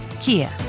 Kia